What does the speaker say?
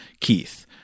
Keith